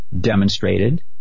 demonstrated